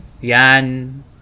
Yan